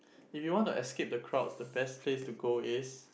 if you want to escape the crowds the best place to go is